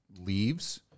leaves